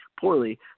poorly